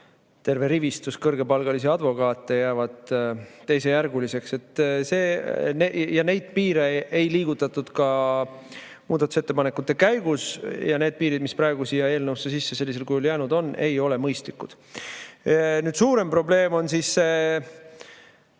terve rivistus kõrgepalgalisi advokaate, jäävad teisejärguliseks. Neid piire ei liigutatud ka muudatusettepanekute käigus. Ja need piirid, mis praegu siia eelnõusse sisse sellisel kujul jäänud on, ei ole mõistlikud. Suurem probleem on see